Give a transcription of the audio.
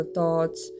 thoughts